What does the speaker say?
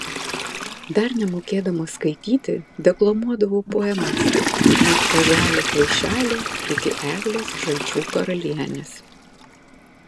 dar nemokėdama skaityti deklamuodavau poemas nuo oželio kvaišelio iki eglės žalčių karalienės